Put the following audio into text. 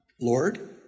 Lord